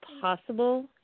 possible